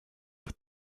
with